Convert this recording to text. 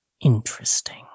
Interesting